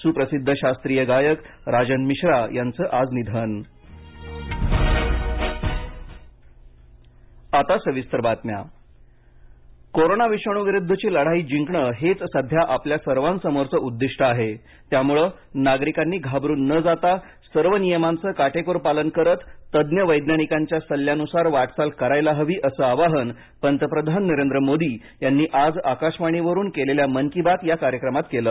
सुप्रसिद्ध शास्त्रीय गायक राजन मिश्रा याचं आज निधन पंतप्रधान कोरोना विषाणूविरुद्धची लढाई जिंकण हेच सध्या आपल्या सर्वांसमोरचं उद्दिष्ट आहे त्यामुळे नागरिकांनी घाबरून न जाता सर्व नियमांच काटेकोर पालन करत तज्ज्ञ वैज्ञानिकांच्या सल्ल्यानुसार वाटचाल करायला हवी असं आवाहन पंतप्रधान नरेंद्र मोदी यांनी आज आकाशवाणीवरून केलेल्या मन की बात या कार्यक्रमात केलं